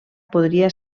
podria